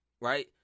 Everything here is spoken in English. right